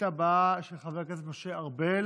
הבאה, של חבר הכנסת משה ארבל,